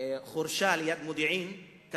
המצוקות הן בכל המקומות.